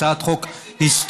הצעת חוק היסטורית.